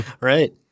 Right